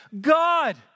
God